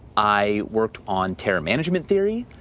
i worked on terror management theory.